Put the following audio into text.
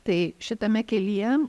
tai šitame kelyje